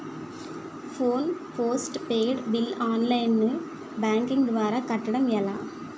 Phone postpaid bill online banking ద్వారా కట్టడం ఎలా?